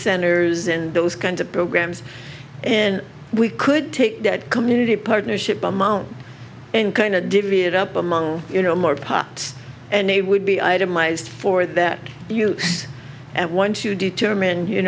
centers and those kinds of programs and we could take that community partnership amount and kind of divvy it up among you know more parts and they would be itemized for that you and one to determine you